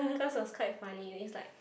class was quite funny it's like